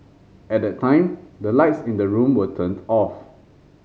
at that time the lights in the room were turned off